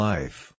Life